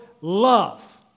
love